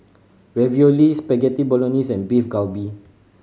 Ravioli Spaghetti Bolognese and Beef Galbi